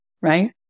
right